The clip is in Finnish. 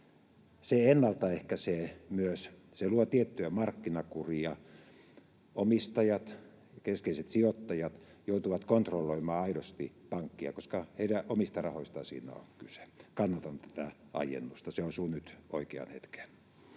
ennaltaehkäisee, se luo tiettyä markkinakuria. Omistajat ja keskeiset sijoittajat joutuvat kontrolloimaan aidosti pankkia, koska heidän omista rahoistaan siinä on kyse. Kannatan tätä aiennusta. Se osuu nyt oikeaan hetkeen.